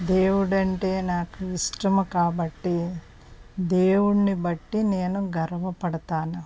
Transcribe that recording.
దేవుడంటే నాకు ఇష్టము కాబట్టి దేవుడిని బట్టి నేను గర్వపడతాను